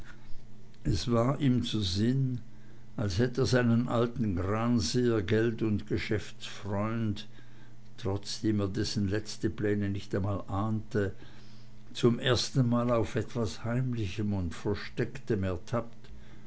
es war ihm zu sinn als hätt er seinen alten granseer geld und geschäftsfreund trotzdem er dessen letzte pläne nicht einmal ahnte zum erstenmal auf etwas heimlichem und verstecktem